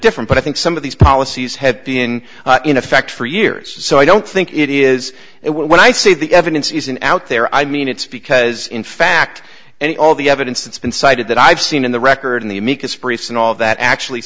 different but i think some of these policies have been in effect for years so i don't think it is it when i see the evidence isn't out there i mean it's because in fact and all the evidence that's been cited that i've seen in the record in the amicus briefs and all of that actually